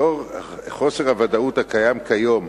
לאור חוסר הוודאות הקיים כיום,